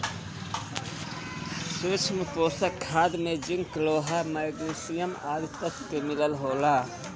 सूक्ष्म पोषक खाद में जिंक, लोहा, मैग्निशियम आदि तत्व के मिलल होला